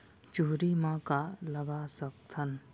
चुहरी म का लगा सकथन?